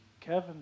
Kevin